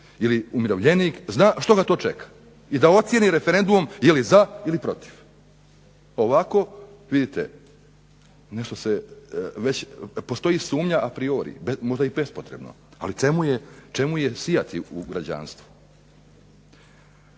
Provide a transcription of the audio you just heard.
ili umirovljenik zna što ga to čeka i da ocijeni referendumom jeli za ili protiv. Ovako vidite već postoji sumnja a priori, možda i bespotrebno ali čemu je sijati u građanstvu.